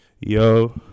Yo